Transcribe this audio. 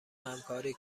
همکاری